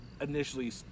initially